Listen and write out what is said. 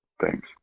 Thanks